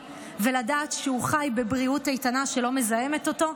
ולדעת שהוא חי בבריאות איתנה שלא מזהמת אותו,